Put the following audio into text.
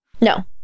No